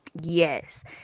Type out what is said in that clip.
Yes